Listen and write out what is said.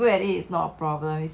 anything you want so like